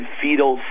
fetal